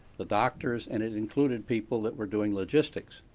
the doctors, and it included people that were doing logistics.